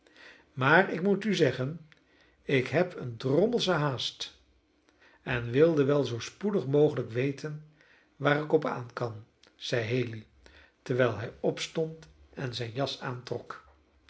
maar ik moet u zeggen ik heb eene drommelsche haast en wilde wel zoo spoedig mogelijk weten waar ik op aan kan zeide haley terwijl hij opstond en zijn jas aantrok